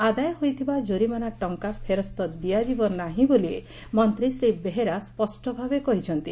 ଆଦାୟ ହୋଇଥିବା ଜୋରିମାନା ଟଙ୍ଙା ଫେରସ୍ଠ ଦିଆଯିବ ନାହି ବୋଲି ମନ୍ତୀ ଶ୍ରୀ ବେହେରା ସ୍ୱଷ୍କ ଭାବେ କହିଛନ୍ତି